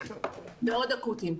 מאוד אקוטיים.